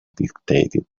dictated